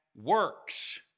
Works